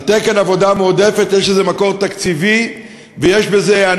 יש לזה מקור תקציבי,